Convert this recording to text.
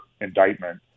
indictment